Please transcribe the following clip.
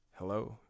Hello